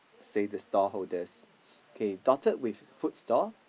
say the stall holders okay dotted with food stall